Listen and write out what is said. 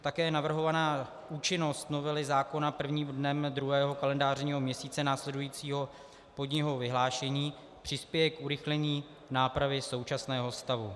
Také navrhovaná účinnost novely zákona prvním dnem druhého kalendářního měsíce následujícího po dni od jeho vyhlášení přispěje k urychlení nápravy současného stavu.